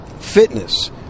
fitness